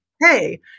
hey